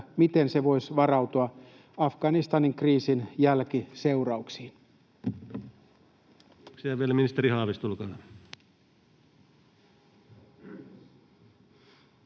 miten se voisi varautua Afganistanin kriisin jälkiseurauksiin.